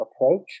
approach